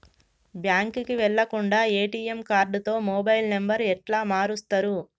బ్యాంకుకి వెళ్లకుండా ఎ.టి.ఎమ్ కార్డుతో మొబైల్ నంబర్ ఎట్ల మారుస్తరు?